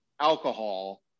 alcohol